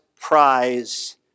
prize